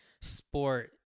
sport